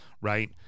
right